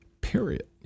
period